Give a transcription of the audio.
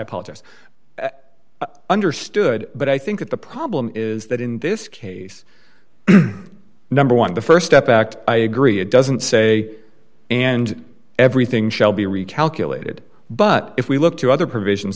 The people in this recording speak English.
apologise understood but i think that the problem is that in this case number one the st step act i agree it doesn't say and everything shall be recalculated but if we look to other provision